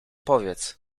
powiedz